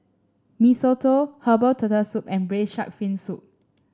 Mee Soto Herbal Turtle Soup and Braised Shark Fin Soup